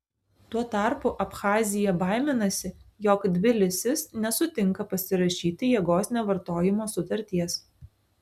tuo tarpu abchazija baiminasi jog tbilisis nesutinka pasirašyti jėgos nevartojimo sutarties